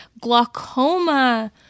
glaucoma